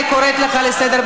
אני שוב מוסיפה לך דקה, אדוני.